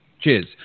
Cheers